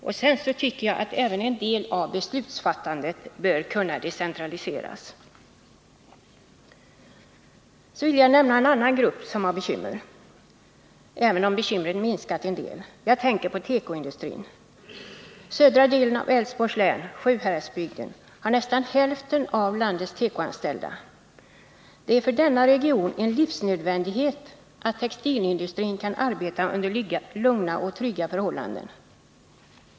Vidare tycker jag att även en del av beslutsfattandet borde kunna decentraliseras. Så vill jag nämna en annan grupp som har bekymmer, även om svårigheterna har minskat en del. Jag tänker på tekoindustrin. Södra delen av Älvsborgs län, Sjuhäradsbygden, har nästan hälften av landets tekoanställ da. Det är för denna region en livsnödvändighet att textilindustrin kan arbeta under lugna och trygga förhållanden.